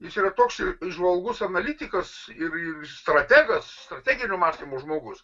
jis yra toks įžvalgus analitikas ir strategas strateginio mąstymo žmogus